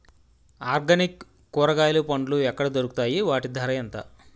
Organic కూరగాయలు పండ్లు ఎక్కడ దొరుకుతాయి? వాటి ధర ఎంత?